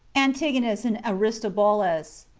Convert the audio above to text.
antigonus and aristobulus,